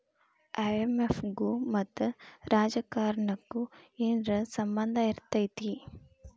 IMF ಗು ಮತ್ತ ರಾಜಕಾರಣಕ್ಕು ಏನರ ಸಂಭಂದಿರ್ತೇತಿ?